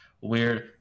Weird